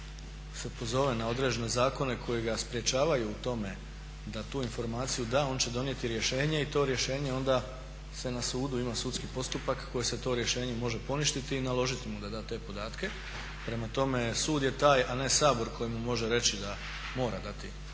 se pozove na određene zakone koji ga sprječavaju u tome da tu informaciju da on će donijeti rješenje i to rješenje onda se na sudu, ima sudski postupak kojim se to rješenje može poništiti i naložiti mu da da te podatke. Prema tome, sud je taj a ne Sabor koji mu može reći da mora dati